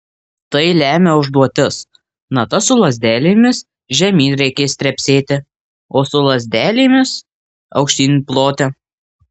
tai lemia užduotis natas su lazdelėmis žemyn reikės trepsėti o su lazdelėmis aukštyn ploti